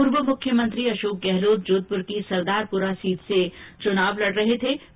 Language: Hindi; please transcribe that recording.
पूर्व मुख्यमंत्री अशोक गहलोत जोधपूर की सरदारपूरा सीट से चुनाव लडा